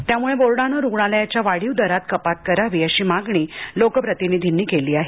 त्यामुळे बोर्डाने रूग्णालयाच्या वाढीव दरात कपात करावी अशी मागणी लोकप्रतिनिधींनी केली आहे